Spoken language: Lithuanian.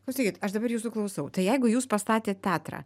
klausykit aš dabar jūsų klausau tai jeigu jūs pastatėt teatrą